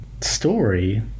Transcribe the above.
story